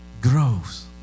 grows